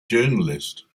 journalist